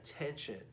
attention